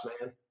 man